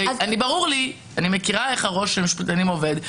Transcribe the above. אני מכירה איך הראש של המשפטנים עובד,